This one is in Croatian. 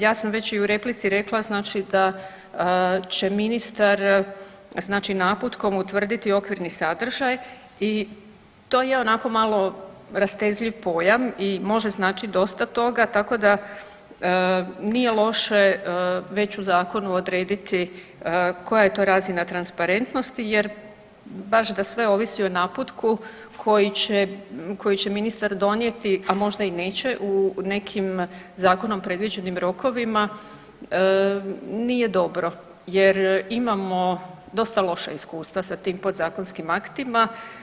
Ja sam već i u replici rekla, znači da će ministar, znači naputkom utvrditi okvirni sadržaj i to je onako malo rastezljiv pojam i može značiti dosta toga, tako da nije loše već u zakonu odrediti koja je to razina transparentnosti jer baš da sve ovisi o naputku koji će ministar donijeti, a možda i neće u nekim zakonom predviđenim rokovima, nije dobro jer imamo dosta loša iskustva sa tim podzakonskim aktima.